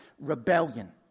rebellion